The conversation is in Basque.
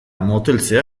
moteltzea